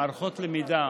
מערכות למידה